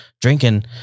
drinking